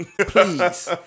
Please